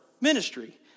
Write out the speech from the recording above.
ministry